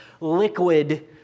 liquid